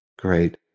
great